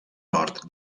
nord